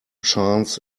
chance